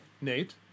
Nate